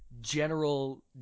general